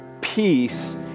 peace